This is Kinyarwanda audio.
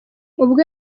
ubwo